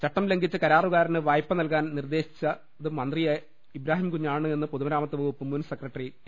ചട്ടം ലംഘിച്ച് കരാറുകാരന് വായ്പ നൽകാൻ നിർദേശിച്ചത് മന്ത്രിയാ യിരുന്ന ഇബ്രാഹിംകുഞ്ഞാണ് എന്ന് പൊതുമരാമത്ത് വകുപ്പ് മുൻ സെക്രട്ടറി ടി